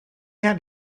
had